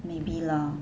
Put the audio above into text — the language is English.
maybe lor